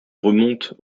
remonte